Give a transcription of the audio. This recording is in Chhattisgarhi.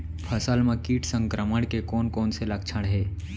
फसल म किट संक्रमण के कोन कोन से लक्षण हे?